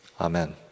Amen